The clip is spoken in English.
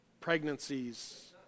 pregnancies